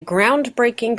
groundbreaking